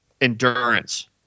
endurance